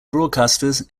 broadcasters